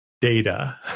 data